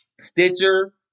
Stitcher